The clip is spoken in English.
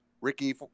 Ricky